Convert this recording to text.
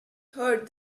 hurt